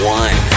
one